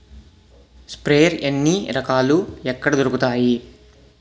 Sprayer ఎన్ని రకాలు? ఎక్కడ దొరుకుతాయి?